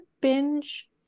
binge